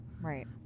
right